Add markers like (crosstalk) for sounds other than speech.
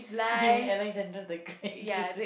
do you mean Alexander the Great (laughs)